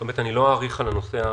אני לא אאריך על הנושא,